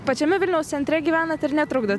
pačiame vilniaus centre gyvenat ir netrukdo